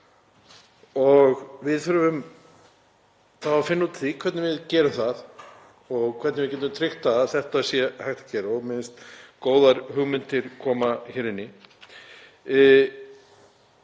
og við þurfum þá að finna út úr því hvernig við gerum það og hvernig við getum tryggt að þetta sé hægt hér. Mér finnst góðar hugmyndir koma hér inn.